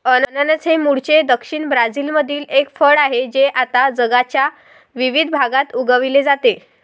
अननस हे मूळचे दक्षिण ब्राझीलमधील एक फळ आहे जे आता जगाच्या विविध भागात उगविले जाते